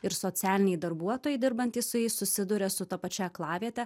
ir socialiniai darbuotojai dirbantys su jais susiduria su ta pačia aklaviete